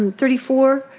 and thirty four,